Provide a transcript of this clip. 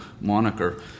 moniker